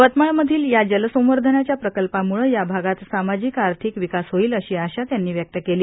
यवतमाळमधील या जलसंवर्धनाच्या प्रकल्पामुळे या भागात सामाजिक आर्थिक विकास होईल अशी आशा त्यांनी व्यक्त केली